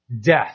death